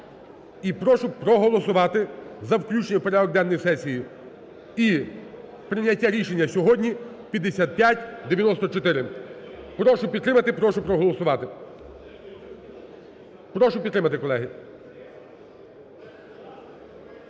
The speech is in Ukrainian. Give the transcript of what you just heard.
прошу проголосувати за включення в порядок денний сесії, і прийняття рішення сьогодні 5594. Прошу підтримати, прошу проголосувати. Прошу підтримати, колеги.